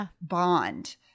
bond